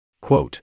Quote